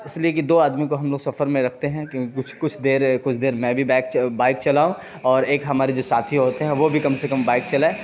اس لیے کہ دو آدمیوں کو ہم لوگ سفر میں رکھتے ہیں کیوں کچھ کچھ دیر کچھ دیر میں بھی بائک بائک چلاؤں اور ایک ہمارے جو ساتھی ہوتے ہیں وہ بھی کم سے کم بائک چلائے